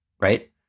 right